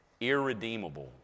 irredeemable